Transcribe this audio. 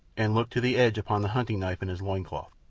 and looked to the edge upon the hunting-knife in his loin-cloth.